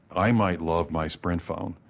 i might love my sprint phone,